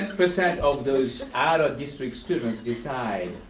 and percent of those out of district students decide,